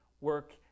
work